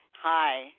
hi